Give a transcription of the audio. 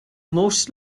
most